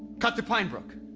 cut through pinebrook.